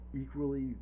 equally